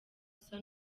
usa